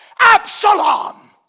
Absalom